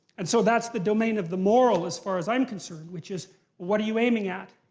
and so that's the domain of the moral, as far as i'm concerned, which is what are you aiming at?